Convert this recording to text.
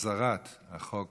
החזרת החוק